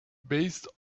based